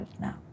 now